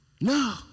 No